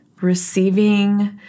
Receiving